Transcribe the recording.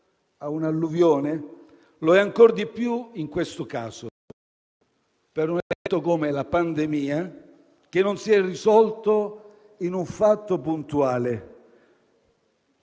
a un'alluvione), lo è ancor di più in questo caso, per un evento come la pandemia che non si è risolto in un fatto puntuale,